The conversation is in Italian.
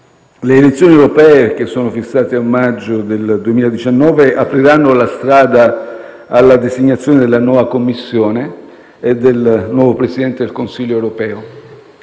Le elezioni europee, che sono fissate a maggio 2019, apriranno la strada alla designazione della nuova Commissione e del nuovo Presidente del Consiglio europeo.